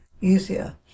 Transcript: easier